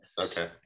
Okay